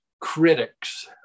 critics